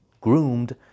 groomed